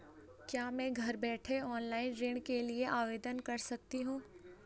क्या मैं घर बैठे ऑनलाइन ऋण के लिए आवेदन कर सकती हूँ?